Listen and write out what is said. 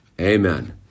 Amen